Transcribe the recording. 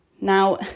Now